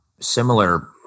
similar